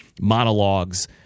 monologues